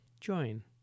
join